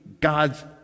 God's